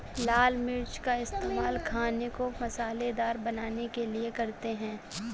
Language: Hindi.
लाल मिर्च का इस्तेमाल खाने को मसालेदार बनाने के लिए करते हैं